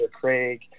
Craig